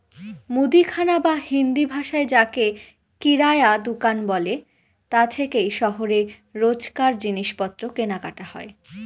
মুদিখানা বা হিন্দিভাষায় যাকে কিরায়া দুকান বলে তা থেকেই শহরে রোজকার জিনিসপত্র কেনাকাটা হয়